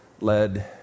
led